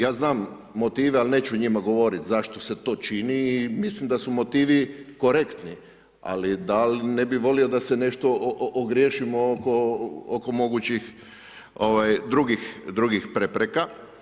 Ja znam motive ali neću o njima govoriti, zašto se to čini, mislim da su motivi korektni, ali da, ne bi volio da se nešto ogriješimo oko mogućih drugih prepreka.